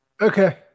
Okay